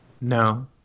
no